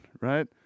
right